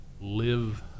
live